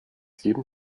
jeden